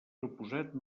proposat